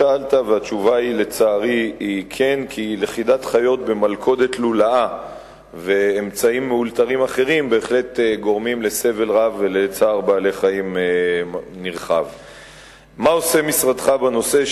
4. מה עושה משרדך בנושא?